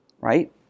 right